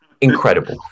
incredible